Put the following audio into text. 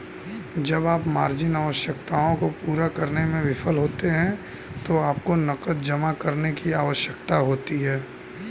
जब आप मार्जिन आवश्यकताओं को पूरा करने में विफल होते हैं तो आपको नकद जमा करने की आवश्यकता होती है